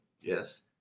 Yes